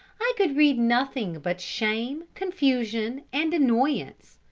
i could read nothing but shame, confusion, and annoyance.